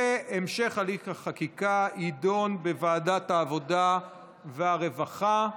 והליך החקיקה יימשך בוועדת העבודה והרווחה.